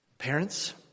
Parents